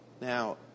Now